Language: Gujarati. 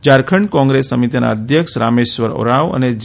ઝારખંડ કોંગ્રેસ સમિતિના અધ્યક્ષ રામેશ્વર ઓરાંવ અને જે